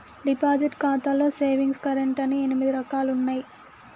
deposit ఖాతాలో savings current అని ఎనిమిది రకాలుగా ఉన్నయి